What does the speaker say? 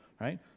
right